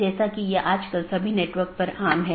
जिसके माध्यम से AS hops लेता है